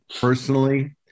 personally